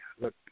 Look